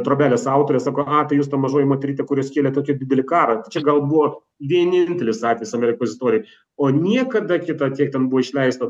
trobelės autorė sako a jūs ta mažoji moterytė kuri sukėlė tokį didelį karą čia gal buvo vienintelis atvejis amerikos istorijoj o niekada kita tiek tam buvo išleista